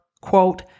quote